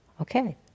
Okay